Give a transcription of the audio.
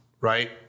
Right